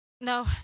No